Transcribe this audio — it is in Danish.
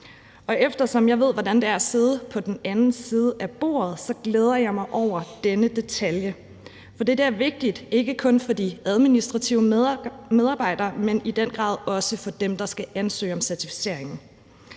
Og eftersom jeg ved, hvordan det er at sidde på den anden side af bordet, så glæder jeg mig over denne detalje, for det er vigtigt, ikke kun for de administrative medarbejdere, men i den grad også for dem, der skal ansøge om certificering.